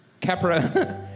Capra